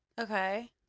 Okay